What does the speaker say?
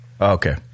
Okay